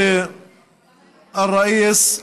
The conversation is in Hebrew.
מה הוא היושב-ראש?